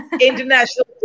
International